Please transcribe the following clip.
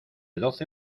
doce